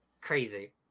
Crazy